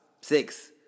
six